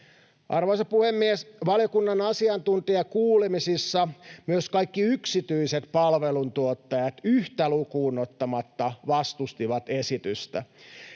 Arvoisa puhemies! Valiokunnan asiantuntijakuulemisissa myös kaikki yksityiset palveluntuottajat yhtä lukuun ottamatta vastustivat esitystä.